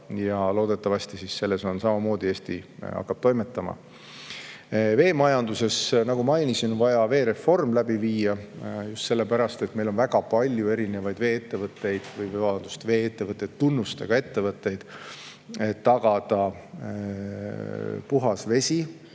Ja loodetavasti siis selles samamoodi Eesti hakkab toimetama. Veemajanduses on, nagu mainisin, vaja veereform läbi viia, just sellepärast, et meil on väga palju erinevaid vee‑ettevõtte tunnustega ettevõtteid, et tagada puhas vesi